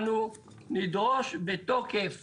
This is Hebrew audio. נדרוש בתוקף